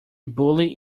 bully